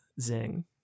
Zing